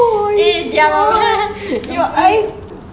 your eyes